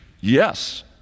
Yes